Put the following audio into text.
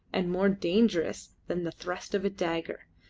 and more dangerous than the thrust of a dagger,